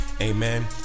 amen